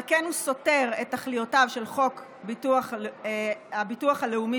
על כן הוא סותר את תכליותיו של חוק הביטוח הלאומי